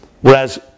Whereas